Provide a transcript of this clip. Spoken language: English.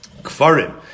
Kfarim